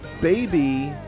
Baby